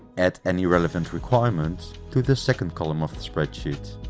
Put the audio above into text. add any relevant requirements to the second column of the spreadsheet.